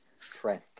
Trent